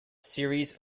series